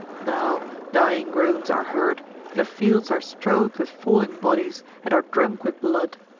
now dying groans are heard the fields are strow'd with falling bodies, and are drunk with blood.